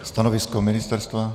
Stanovisko ministerstva?